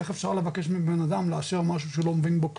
איך אפשר לבקש מבנאדם לאשר משהו שהוא לא מבין בו כלום,